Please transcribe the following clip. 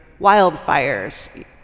wildfires